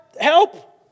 help